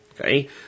Okay